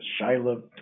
Shiloh